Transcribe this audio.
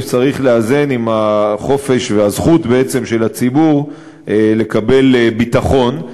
צריך לאזן עם החופש והזכות של הציבור לקבל ביטחון.